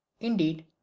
indeed